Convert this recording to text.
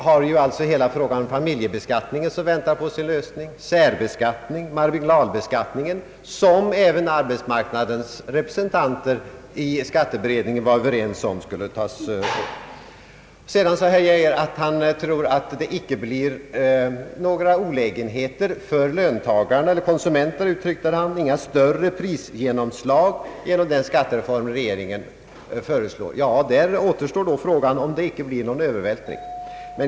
Hela frågan om familjebeskattning väntar på sin lösning, och även arbetsmarknadens representanter i skatteberedningen var överens om att särbeskattningen och marginalbeskattningen skulle tas upp. Sedan sade herr Geijer att han tror att det inte blir några olägenheter för konsumenterna — inga större prisgenomslag genom den skattereform regeringen föreslår. Då återstår frågan om det inte blir någon övervältring.